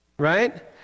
Right